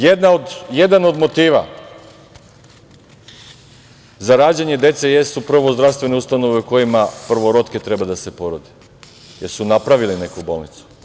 Jedan od motiva za rađanje dece jesu prvo zdravstvene ustanove u kojima prvorotke treba da se porode, jel su napravili neku bolnicu?